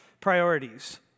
priorities